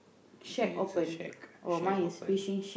okay it a shake shake open